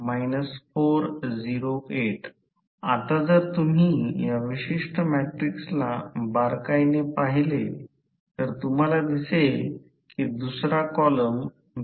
म्हणूनच ज्याला दुय्यम संदर्भित अंदाजे समतुल्य सर्किट म्हणतात शंट शाखा नगण्य आहेत याचा अर्थ असा आहे की आम्ही या शंट शाखांकडे अंदाजे केले आहे सर्वकाही जवळजवळ दुर्लक्षित आहे